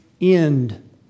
end